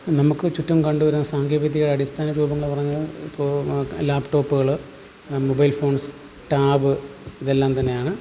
നമുക്ക് ചുറ്റും കണ്ടുവരുന്ന സാങ്കേതിക വിദ്യയുടെ അടിസ്ഥാന രൂപങ്ങൾ പറഞ്ഞാൽ ഇപ്പോൾ ലാപ്ടോപ്പുകൾ മൊബൈൽ ഫോൺസ് ടാബ് ഇതെല്ലാം തന്നെയാണ്